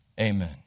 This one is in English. Amen